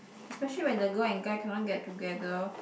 especially when the girl and guy cannot get together